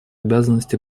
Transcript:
обязанности